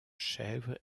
chèvres